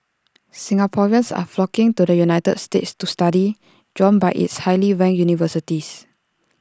Singaporeans are flocking to the united states to study drawn by its highly ranked universities